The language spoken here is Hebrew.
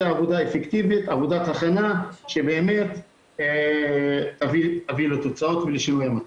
עבודה אפקטיבית ועבודת הכנה שבאמת תביא לתוצאות ולשינוי המצב.